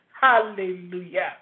Hallelujah